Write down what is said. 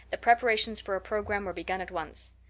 the preparations for a program were begun at once.